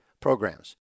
programs